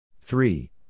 three